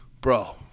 Bro